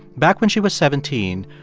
back when she was seventeen,